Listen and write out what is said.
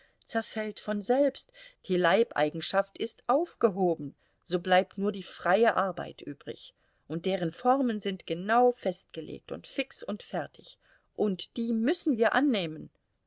zerfällt von selbst die leibeigenschaft ist aufgehoben so bleibt nur die freie arbeit übrig und deren formen sind genau festgelegt und fix und fertig und die müssen wir annehmen